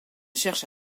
cherche